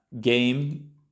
game